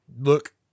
look